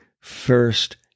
first